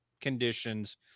conditions